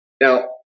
Now